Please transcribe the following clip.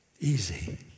easy